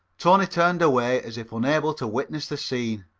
tony turned away as if unable to witness the scene.